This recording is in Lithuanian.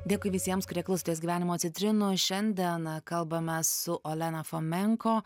dėkui visiems kurie klosotės gyvenimo citrinų šiandien kalbame su olena fomenko